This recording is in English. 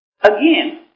again